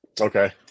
Okay